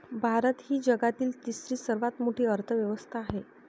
भारत ही जगातील तिसरी सर्वात मोठी अर्थव्यवस्था आहे